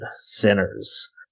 sinners